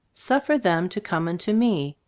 suf fer them to come unto me,